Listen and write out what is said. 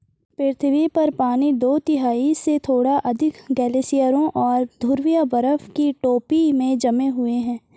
पृथ्वी पर पानी दो तिहाई से थोड़ा अधिक ग्लेशियरों और ध्रुवीय बर्फ की टोपी में जमे हुए है